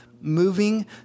moving